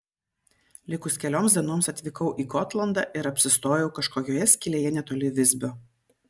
likus kelioms dienoms atvykau į gotlandą ir apsistojau kažkokioje skylėje netoli visbio